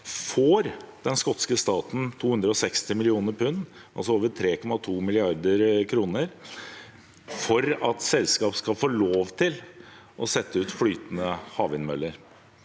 får den skotske staten 260 millioner pund – altså over 3,2 mrd. kr – for at selskap skal få lov til å sette ut flytende havvindmøller